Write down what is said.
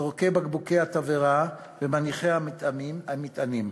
זורקי בקבוקי התבערה ומניחי המטענים.